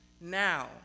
Now